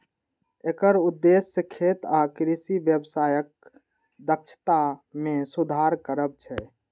एकर उद्देश्य खेत आ कृषि व्यवसायक दक्षता मे सुधार करब छै